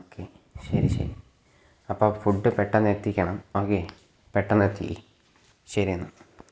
okay ശരി ശരി അപ്പോൾ ഫുഡ് പെട്ടെന്ന് എത്തിക്കണം ഓക്കേ പെട്ടെന്ന് എത്തിക്ക് ശരി എന്നാൽ